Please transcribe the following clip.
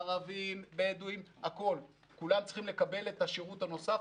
ערבים ובדואים וכולם צריכים לקבל את השירות הנוסף.